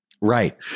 Right